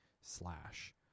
slash